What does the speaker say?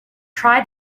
try